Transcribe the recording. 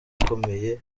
akomeye